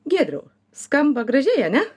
giedriau skamba gražiai ane